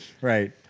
Right